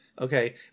Okay